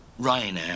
Ryanair